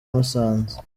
musanze